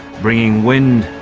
bringing wind,